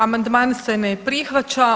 Amandman se ne prihvaća.